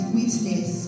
witness